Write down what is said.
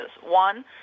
One